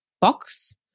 box